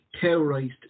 terrorised